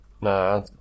Nah